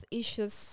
issues